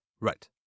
Right